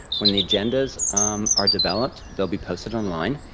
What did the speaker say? when the agendas are developed, they'll be posted online.